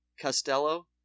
Costello